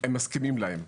הם מסכימים להן.